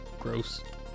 gross